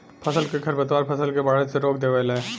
फसल क खरपतवार फसल के बढ़े से रोक देवेला